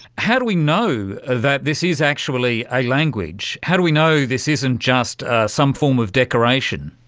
how do we know that this is actually a language, how do we know this isn't just some form of decoration?